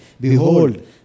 Behold